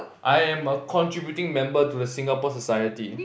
I am a contributing member to the Singapore society